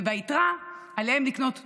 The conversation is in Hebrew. וביתרה עליהם לקנות תרופות,